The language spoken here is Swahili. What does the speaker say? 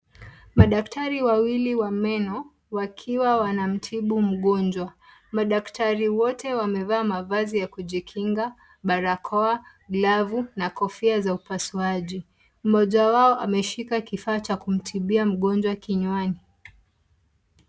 Madaktari wawili wa meno wakiwa wanamtibu mgonjwa. Madaktari wote wamevaa mavazi ya kujikinga barakoa, glavu na kofia za upasuaji. Mmoja wao ameshika kifaa cha kumtibia mgonjwa kinywani.